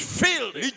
filled